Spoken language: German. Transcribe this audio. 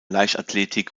leichtathletik